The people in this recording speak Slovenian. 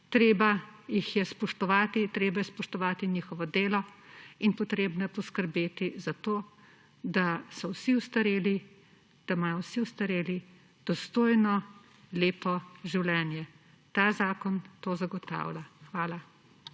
treba jih je spoštovati, treba je spoštovati njihovo delo in potrebno je poskrbeti za to, da so vsi ostareli, da imajo vsi ostareli dostojno lepo življenje. Ta zakon to zagotavlja. Hvala.